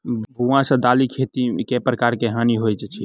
भुआ सँ दालि खेती मे केँ प्रकार केँ हानि होइ अछि?